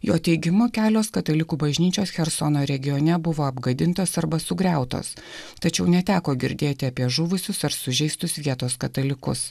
jo teigimu kelios katalikų bažnyčios chersono regione buvo apgadintos arba sugriautos tačiau neteko girdėti apie žuvusius ar sužeistus vietos katalikus